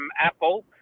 Apple